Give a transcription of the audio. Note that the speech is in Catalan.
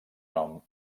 nom